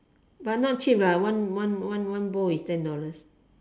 but not cheap ah one one one one bowl is ten dollars